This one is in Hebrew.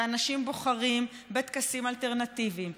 ואנשים בוחרים בטקסים אלטרנטיביים,